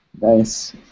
Nice